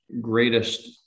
greatest